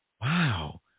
wow